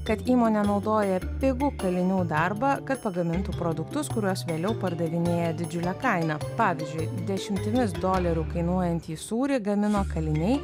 kad įmonė naudoja pigų kalinių darbą kad pagamintų produktus kuriuos vėliau pardavinėja didžiule kaina pavyzdžiui dešimtimis dolerių kainuojantį sūrį gamina kaliniai